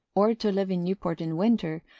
or to live in newport in winter,